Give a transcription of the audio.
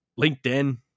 LinkedIn